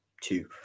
two